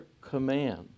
command